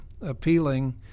appealing